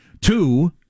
Two